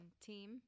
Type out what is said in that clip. team